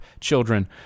children